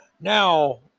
Now